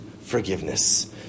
forgiveness